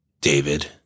David